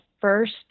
first